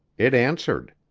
it answered.